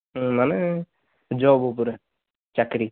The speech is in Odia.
ମାନେ ଜବ ଉପରେ ଚାକିରୀ